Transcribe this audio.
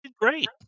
great